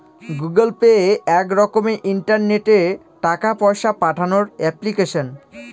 Google Pay এক রকমের ইন্টারনেটে টাকা পয়সা পাঠানোর এপ্লিকেশন